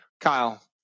Kyle